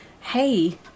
hey